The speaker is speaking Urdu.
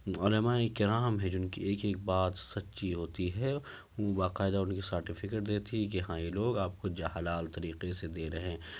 علمائے کرام ہیں جن کی ایک ایک بات سچی ہوتی ہے وہ باقاعدہ ان کے سرٹیفکیٹ دیتی ہے کہ ہاں یہ لوگ آپ کو حلال طریقے سے دے رہیں